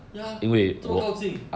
ya lor 这么靠近